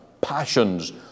passions